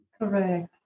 correct